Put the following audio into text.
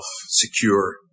secure